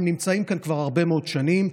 הם נמצאים כאן כבר הרבה מאוד שנים.